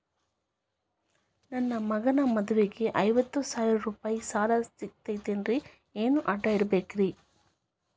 ನನ್ನ ಮಗನ ಮದುವಿಗೆ ಐವತ್ತು ಸಾವಿರ ರೂಪಾಯಿ ಸಾಲ ಸಿಗತೈತೇನ್ರೇ ಏನ್ ಅಡ ಇಡಬೇಕ್ರಿ?